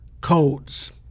codes